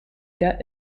gut